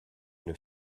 une